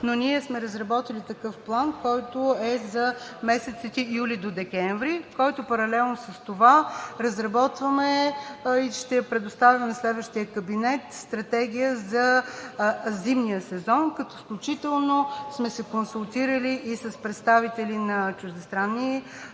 Ние сме разработили такъв план, който е за месеците от юли до декември, който паралелно с това разработваме и ще предоставим на следващия кабинет Стратегия за зимния сезон, като включително сме се консултирали и с представители на чуждестранни